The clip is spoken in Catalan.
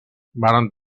varen